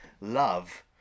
Love